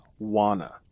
Wana